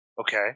okay